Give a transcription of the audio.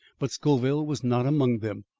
but scoville was not among them.